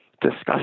discuss